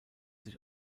sich